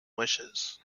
wishes